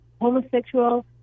homosexual